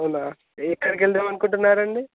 అవునా మీరు ఎక్కడికి వెళ్దాం అనుకుంటున్నారు అండి